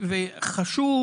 וחשוב